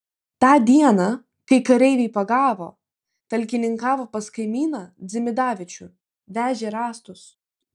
tą dieną kai kareiviai pagavo talkininkavo pas kaimyną dzimidavičių vežė rąstus